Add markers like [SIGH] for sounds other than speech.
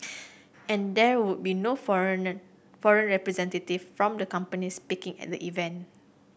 [NOISE] and there would be no foreigner foreign representative from the companies speaking at the event